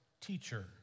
teacher